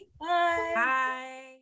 Bye